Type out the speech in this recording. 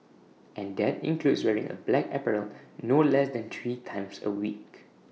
and that includes wearing A black apparel no less than three times A week